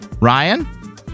Ryan